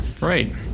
right